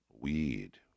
weed